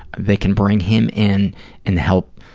they can bring him in and help